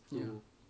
ya